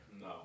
No